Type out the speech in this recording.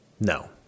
No